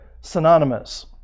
synonymous